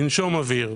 לנשום אוויר.